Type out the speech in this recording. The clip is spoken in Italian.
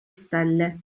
stelle